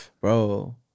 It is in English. bro